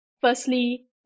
Firstly